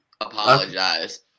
apologize